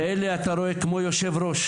ואלה כמו יושב ראש